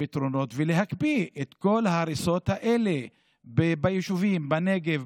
פתרונות ולהקפיא את כל ההריסות האלה ביישובים בנגב,